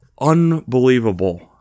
unbelievable